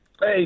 Hey